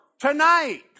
Tonight